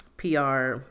PR